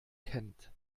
kennt